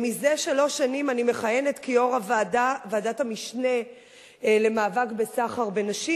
זה שלוש שנים אני מכהנת כיושבת-ראש ועדת המשנה למאבק בסחר בנשים,